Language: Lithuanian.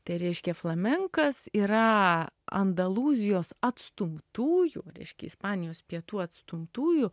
tai reiškia flamenkas yra andalūzijos atstumtųjų reiškia ispanijos pietų atstumtųjų